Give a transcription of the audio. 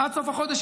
עד סוף החודש,